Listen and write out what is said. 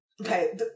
Okay